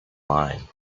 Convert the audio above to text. line